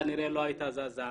כי כנראה לא היתה זזה.